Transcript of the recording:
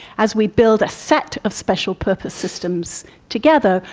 as we build a set of special purpose systems together,